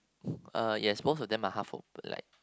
uh yes both of them are half op~ like